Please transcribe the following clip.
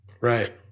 Right